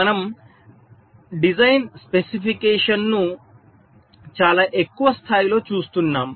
మనము డిజైన్ స్పెసిఫికేషన్ను చాలా ఎక్కువ స్థాయిలో చూస్తున్నాము